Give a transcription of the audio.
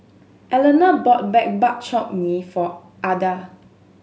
Eleanor bought Bak Chor Mee for Ada